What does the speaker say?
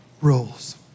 rules